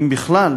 אם בכלל,